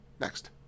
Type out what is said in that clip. Next